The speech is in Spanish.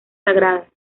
sagrada